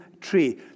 tree